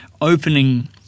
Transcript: opening